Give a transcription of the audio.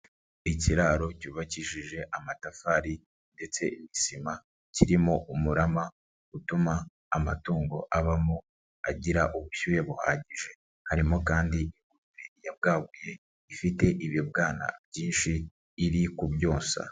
Ikiraro cyubakishije amatafari ndetse n'isima kirimo umurama utuma amatungo abamo agira ubushyuhe buhagije. Harimo kandi ingurube yabwaguye ifite ibibwana byinshi iri kubyonsa.